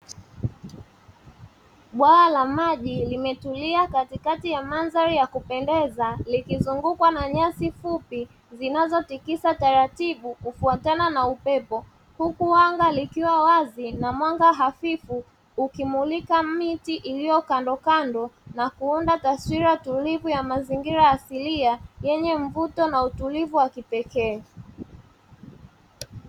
Bwawa la maji limetulia katikati ya mandhari ya kupendeza likizungukwa na nyasi fupi, zinazotikisa taratibu kufuatana na upepo kukuhanga likiwa wazi na mwanga hafifu ukimulika miti iliyo kandokando, na kuunda taswira tulivyo ya mazingira asilia yenye mvuto na utulivu wa kipekee.